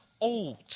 old